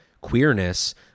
queerness